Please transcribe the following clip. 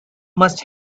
must